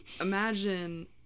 imagine